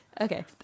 Okay